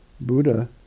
Buddha